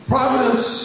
Providence